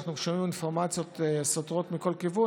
כשאנחנו שומעים אינפורמציות סותרות מכל כיוון,